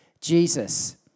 Jesus